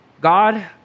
God